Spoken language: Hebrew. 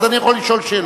אז אני יכול לשאול שאלה.